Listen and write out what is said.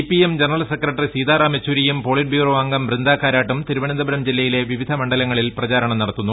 CPM general secretary Sitaram Yechury politburo അംഗം ബൃന്ദ കാരാട്ടും തിരുപ്പന്ന്തപുരം ജില്ലയിലെ പിവിധ് മണ്ഡലങ്ങളിൽ പ്രചാരണം ന്ടത്തുന്നു